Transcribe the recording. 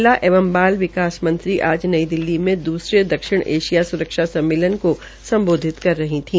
महिला एवं बाल विकास मंत्री आज नई दिल्ली में दूसरे दक्षिण एशिया स्रक्षा सम्मेलन को सम्बोधित कर रही थी